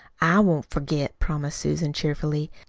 i won't forget, promised susan cheerfully,